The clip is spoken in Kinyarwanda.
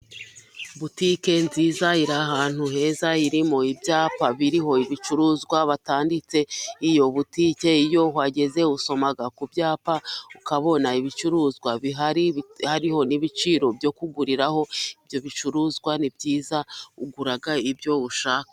Butike nziza iri ahantu heza irimo ibyapa biriho ibicuruzwa batanditse, iyo butike iyo uhageze usoma ku byapa ukabona ibicuruzwa bihari hariho n'ibiciro byo kuguriraho. Ibyo bicuruzwa ni byiza ugura ibyo ushaka.